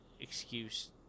excuse